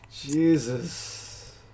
jesus